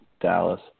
Dallas